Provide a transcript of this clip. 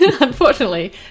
Unfortunately